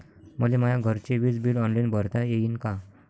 मले माया घरचे विज बिल ऑनलाईन भरता येईन का?